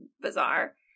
bizarre